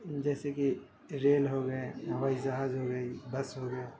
جیسے کہ ریل ہوگیا ہوائی جہاز ہوگئی بس ہوگیا